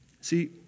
See